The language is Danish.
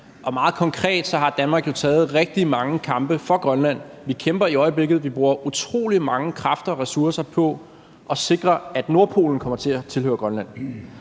Og meget konkret har Danmark jo taget rigtig mange kampe for Grønland. Vi kæmper i øjeblikket, og vi bruger utrolig mange kræfter og ressourcer på at sikre, at Nordpolen kommer til at tilhøre Grønland.